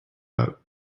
out